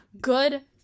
good